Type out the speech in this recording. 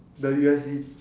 the U_S_B